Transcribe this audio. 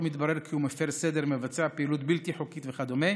מתברר כי הוא מפר סדר ומבצע פעילות בלתי חוקית וכדומה,